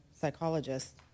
psychologist